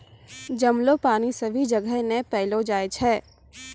जमलो पानी सभी जगह नै पैलो जाय छै